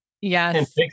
Yes